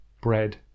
bread